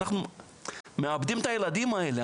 אנחנו מאבדים את הילדים האלה,